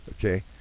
okay